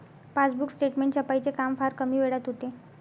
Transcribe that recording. passbook statement छपाईचे काम फार कमी वेळात होते